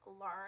learn